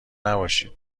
نباشید